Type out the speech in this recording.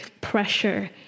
pressure